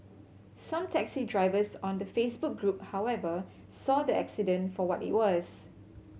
some taxi drivers on the Facebook group however saw the accident for what it was